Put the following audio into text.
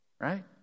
Right